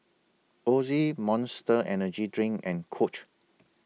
Ozi Monster Energy Drink and Coach